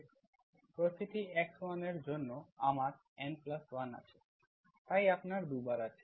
সুতরাং প্রতিটি x1 এর জন্য আমার n1 আছে তাই আপনার 2 বার আছে